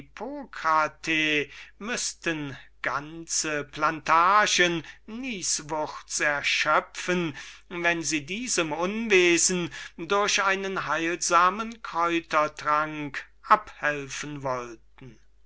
müßten ganze plantagen nießwurz erschöpfen wenn sie dem unwesen durch ein heilsames dekokt abhelfen wollten